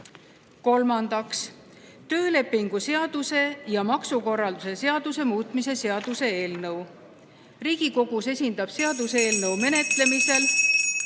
Kolmandaks, töölepingu seaduse ja maksukorralduse seaduse muutmise seaduse eelnõu. Seaduseelnõu menetlemisel